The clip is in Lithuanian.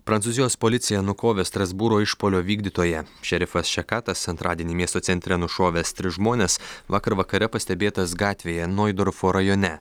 prancūzijos policija nukovė strasbūro išpuolio vykdytoją šerifas šekatas antradienį miesto centre nušovęs tris žmones vakar vakare pastebėtas gatvėje noidorfo rajone